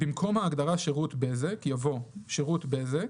"במקום ההגדרה "שירות בזק" יבוא: ""שירות בזק"